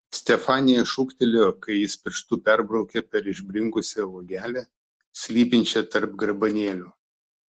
stefanija šūktelėjo kai jis pirštu perbraukė per išbrinkusią uogelę slypinčią tarp garbanėlių